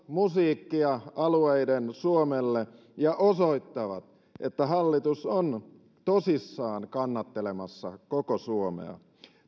musiikkia alueiden suomelle ja osoittavat että hallitus on tosissaan kannattelemassa koko suomea